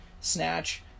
Snatch